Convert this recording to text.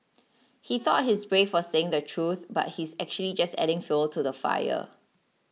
he thought he's brave for saying the truth but he's actually just adding fuel to the fire